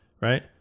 right